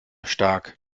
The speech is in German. stark